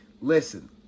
listen